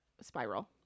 spiral